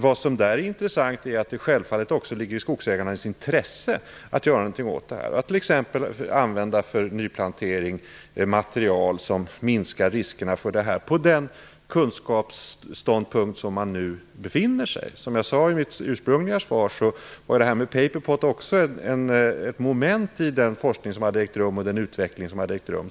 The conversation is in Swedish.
Vad som där är intressant är att det också ligger i skogsägarnas intresse att göra någonting åt det här, att t.ex. för nyplantering använda material som minskar riskerna för angreppen, utifrån den kunskapsståndpunkt där man nu befinner sig. Som jag sade i mitt ursprungliga svar var det här med paperpot också ett moment i den forskning och utveckling som hade ägt rum.